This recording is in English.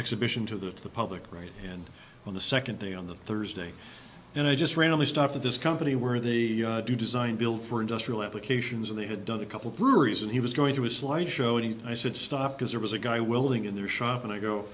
exhibition to the public right and on the second day on the thursday and i just randomly stopped at this company where they do design build for industrial applications and they had done a couple of breweries and he was going through a slide show and i said stop because there was a guy willing in their shop and i go